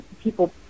People